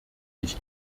ich